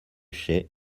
chaix